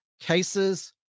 cases